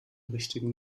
richtigen